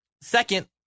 Second